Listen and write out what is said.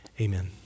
Amen